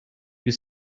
you